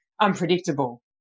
unpredictable